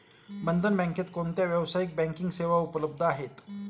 बंधन बँकेत कोणत्या व्यावसायिक बँकिंग सेवा उपलब्ध आहेत?